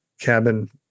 Cabin